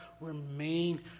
remain